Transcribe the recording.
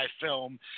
film